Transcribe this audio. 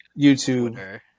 YouTube